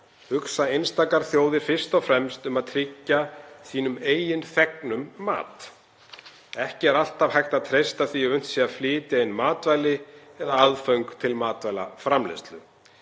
hugsa einstakar þjóðir fyrst og fremst um að tryggja sínum eigin þegnum mat. […] Ekki er því alltaf hægt að treysta á að unnt sé að flytja inn matvæli eða aðföng til matvælaframleiðslu.“